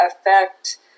affect